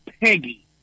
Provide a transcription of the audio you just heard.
Peggy